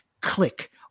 click